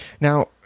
Now